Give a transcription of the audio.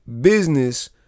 Business